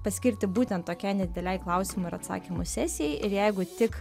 paskirti būtent tokiai nedidelei klausimų ir atsakymų sesijai ir jeigu tik